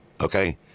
okay